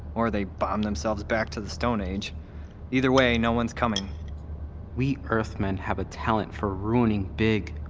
or they bombed themselves back to the stone age either way, no one's coming we earth men have a talent for ruining big,